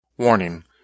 Warning